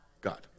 God